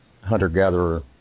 hunter-gatherer